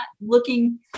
looking